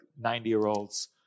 90-year-old's